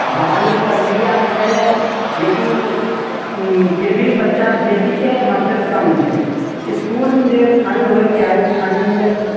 बहालीके प्रक्रिया छै लेकिन फिर भी बच्चा बेसी छै आओर मास्टर कम छै इसकुलमे जे फण्ड होइके चाही ओ फण्ड